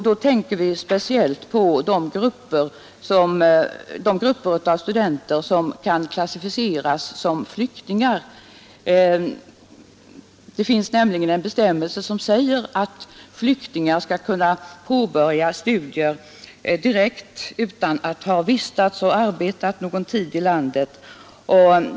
Då tänker vi framför allt på de grupper av studenter som kan klassificeras som flyktingar. Det finns nämligen en bestämmelse som säger att flyktingar skall kunna påbörja studier direkt utan att ha vistats och arbetat någon tid i landet.